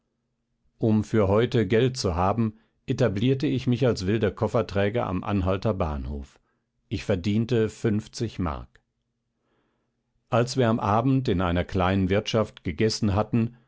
um für heute geld zu haben etablierte ich mich als wilder kofferträger am anhalter bahnhof ich verdiente fünfzig mark als wir am abend in einer kleinen wirtschaft gegessen hatten